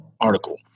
article